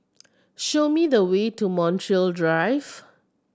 show me the way to Montreal Drive